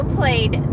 played